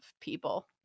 people